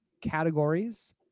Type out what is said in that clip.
categories